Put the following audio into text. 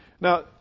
Now